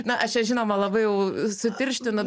na aš čia žinoma labai jau sutirštinu